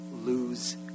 lose